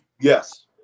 Yes